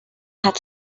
had